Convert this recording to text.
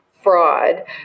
Fraud